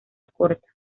corta